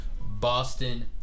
Boston